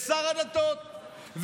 לשר הדתות,